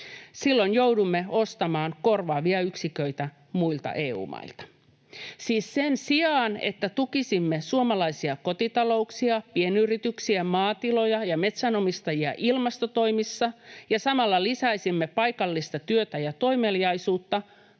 Silloin joudumme ostamaan korvaavia yksiköitä muilta EU-mailta. Siis sen sijaan, että tukisimme suomalaisia kotitalouksia, pienyrityksiä, maatiloja ja metsänomistajia ilmastotoimissa ja samalla lisäisimme paikallista työtä ja toimeliaisuutta,